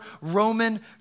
Roman